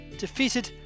defeated